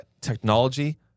Technology